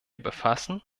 befassen